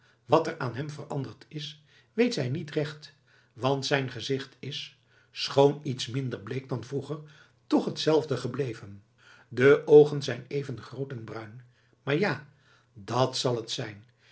wat er aan hem veranderd is weet zij niet recht want zijn gezicht is schoon iets minder bleek dan vroeger toch hetzelfde gebleven de oogen zijn even groot en bruin maar ja dat zal het zijn